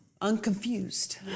Unconfused